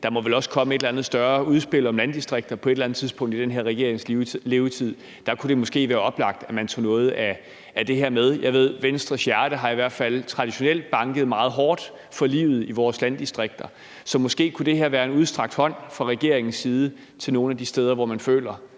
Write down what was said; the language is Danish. Der må vel også komme et eller andet større udspil om landdistrikter på et eller andet tidspunkt i den her regerings levetid. Der kunne det måske være oplagt, at man tog noget af det her med. Jeg ved, at Venstres hjerte i hvert fald traditionelt set har banket meget hårdt for livet i vores landdistrikter. Så måske kunne det her være en udstrakt hånd fra regeringens side til nogle af de steder, hvor man føler